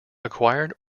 acquired